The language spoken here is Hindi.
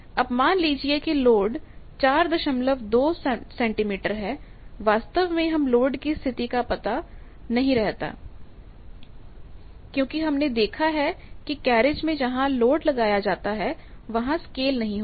अब मान लीजिए कि लोड 42 सेंटीमीटर पर है वास्तव में हम लोड की स्थिति का पता नहीं रहता क्योंकि हमने देखा है कि कैरिज में जहां लोड लगाया जाता है वहां स्केल नहीं होता